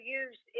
use